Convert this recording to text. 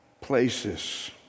places